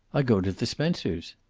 i go to the spencers!